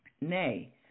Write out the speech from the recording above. Nay